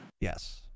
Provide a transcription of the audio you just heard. Yes